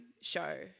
show